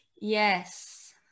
Yes